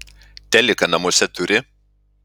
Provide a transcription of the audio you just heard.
teliką namuose turi